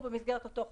במסגרת אותו החוק,